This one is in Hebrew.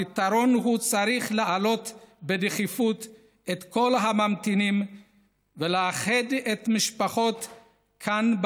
הפתרון הוא שצריך להעלות בדחיפות את כל הממתינים ולאחד את המשפחות כאן,